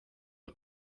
del